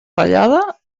ratllada